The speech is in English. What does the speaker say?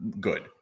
good